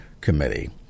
Committee